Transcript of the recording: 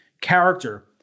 character